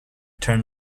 turn